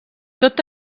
tot